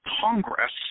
Congress